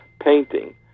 painting